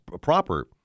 proper